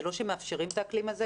זה לא שמאפשרים את האקלים הזה,